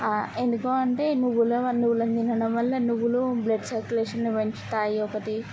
ఎందుకు అంటే నువ్వుల వ నువ్వులను తినడం వల్ల నువ్వులూ బ్లడ్ సర్క్యులేషన్ని పెంచుతాయి ఒకటి